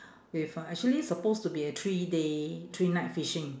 with uh actually supposed to be a three day three night fishing